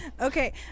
Okay